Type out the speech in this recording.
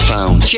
Found